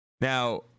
Now